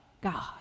God